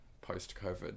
post-COVID